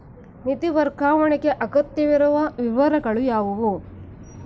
ನಿಧಿ ವರ್ಗಾವಣೆಗೆ ಅಗತ್ಯವಿರುವ ವಿವರಗಳು ಯಾವುವು?